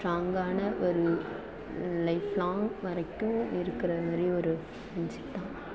ஸ்ட்ராங்கான ஒரு life long வரைக்கும் இருக்கிற மாதிரி ஒரு ஃப்ரெண்ட்ஸ் தான்